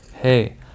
hey